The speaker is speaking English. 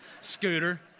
Scooter